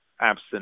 absent